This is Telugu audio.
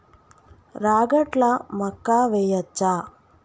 రాగట్ల మక్కా వెయ్యచ్చా?